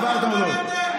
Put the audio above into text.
עברתם אותו.